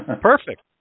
Perfect